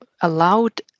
allowed